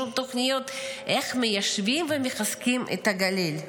שום תוכניות איך מיישבים ומחזקים את הגליל.